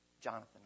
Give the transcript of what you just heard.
Jonathan